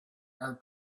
our